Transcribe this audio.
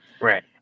right